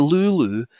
Lulu